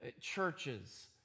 churches